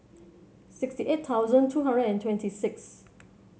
sixty eight thousand two hundred and twenty six